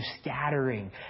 scattering